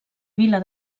vila